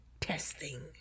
testing